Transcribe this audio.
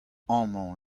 amañ